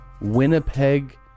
Winnipeg